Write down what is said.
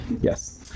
Yes